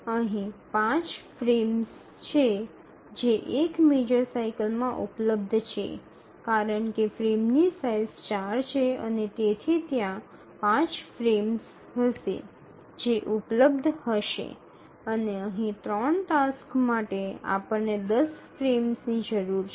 અહીં ૫ ફ્રેમ્સ છે જે એક મેજર સાઇકલમાં ઉપલબ્ધ છે કારણ કે ફ્રેમની સાઇઝ ૪ છે અને તેથી ત્યાં ૫ ફ્રેમ્સ હશે જે ઉપલબ્ધ હશે અને અહીં 3 ટાસ્ક માટે આપણે ૧0 ફ્રેમ્સની જરૂર છે